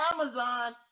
Amazon